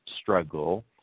struggle